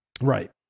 Right